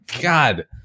God